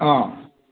অ'